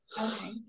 Okay